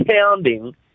pounding